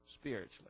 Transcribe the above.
spiritually